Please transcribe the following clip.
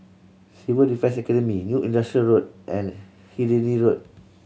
Civil Defence Academy New Industrial Road and Hindhede Road